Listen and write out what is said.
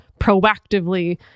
proactively